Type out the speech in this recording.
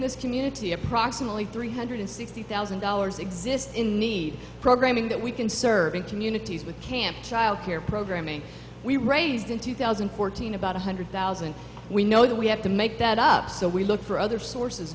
this community approximately three hundred sixty thousand dollars exists in need programming that we can serve in communities with camp child care programming we raised in two thousand and fourteen about one hundred thousand we know that we have to make that up so we look for other sources